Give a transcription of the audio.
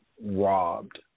robbed